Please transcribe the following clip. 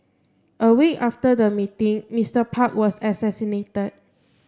a week after the meeting Mister Park was assassinated